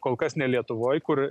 kol kas ne lietuvoj kur